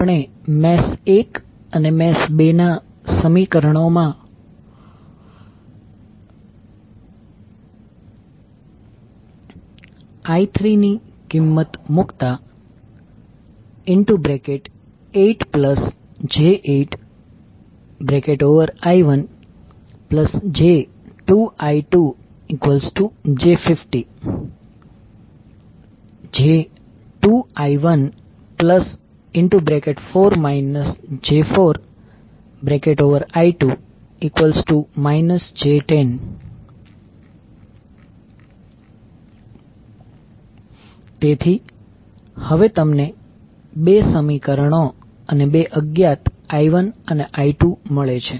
આપણે મેશ 1 અને મેશ 2 ના સમીકરણોમાં I3ની કિંમત મૂકતા 8j8I1j2I2j50 j2I14 j4I2 j10 તેથી હવે તમને બે સમીકરણો અને બે અજ્ઞાત I1 અને I2 મળે છે